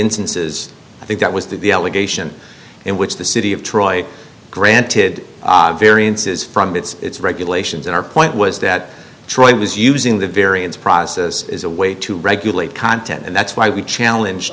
instances i think that was the allegation in which the city of troy granted variances from its regulations and our point was that troy was using the variance process is a way to regulate content and that's why we challenge